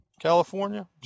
California